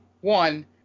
One